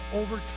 over